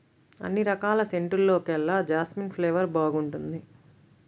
అన్ని రకాల సెంటుల్లోకెల్లా జాస్మిన్ ఫ్లేవర్ బాగుంటుంది